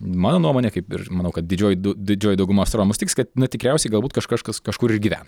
mano nuomone kaip ir manau kad didžioji du didžioji dauguma astronomų sutiks kad tikriausiai galbūt kažkas kažkur ir gyvena